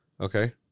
okay